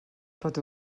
pot